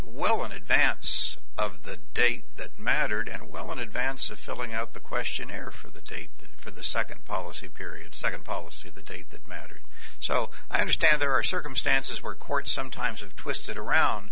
well in advance of the date that mattered and well in advance of filling out the questionnaire for the date for the second policy period second policy the date that mattered so i understand there are circumstances where court sometimes of twisted around